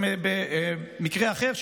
במקרה אחר,